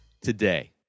today